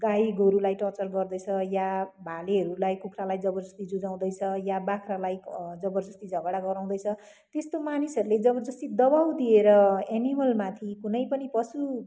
गाईगोरुलाई torture गर्दैछ या भालेहरूलाई कुख्रालाई जबरजस्ती जुझाउँदैछ या बाख्रालाई जबरजस्ती झगडा गराउँदैछ त्यस्तो मानिसहरूले जबरजस्ती दबाउ दिएर एनिमलमाथि कुनै पनि पशु